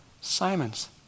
Simons